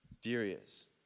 Furious